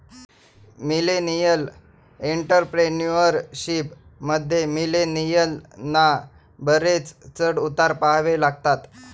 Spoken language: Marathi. मिलेनियल एंटरप्रेन्युअरशिप मध्ये, मिलेनियलना बरेच चढ उतार पहावे लागतात